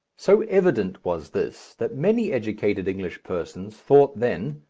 so evident was this that many educated english persons thought then,